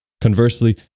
Conversely